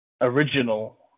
original